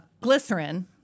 glycerin